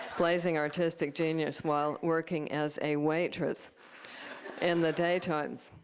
blazing artistic genius while working as a waitress in the day times.